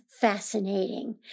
fascinating